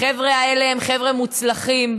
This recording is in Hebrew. החבר'ה האלה הם חבר'ה מוצלחים.